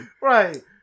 Right